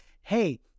hey